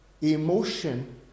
emotion